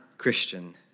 christian